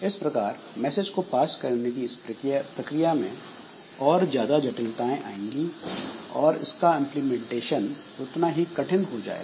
इस प्रकार मैसेज को पास करने की इस प्रक्रिया में और ज्यादा जटिलताएं आती जाएंगी और इसका इंप्लीमेंटेशन उतना ही कठिन हो जाएगा